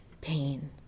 pain